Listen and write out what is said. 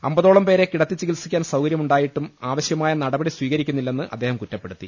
അമ്പതോളം പേരെ കിടത്തി ചികിത്സിക്കാൻ സൌകര്യമുണ്ടായിട്ടും ആവശ്യമായ നടപടി സ്വീകരി ക്കുന്നില്ലെന്ന് അദ്ദേഹം കുറ്റപ്പെടുത്തി